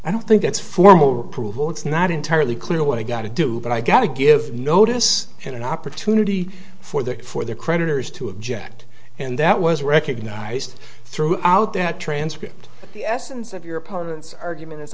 i don't think that's formal approval it's not entirely clear what i got to do but i got to give notice and an opportunity for that for the creditors to object and that was recognized throughout that transcript the essence of your opponent's argument as